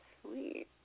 Sweet